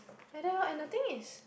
like that lor and the thing is